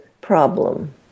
problem